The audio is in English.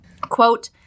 Quote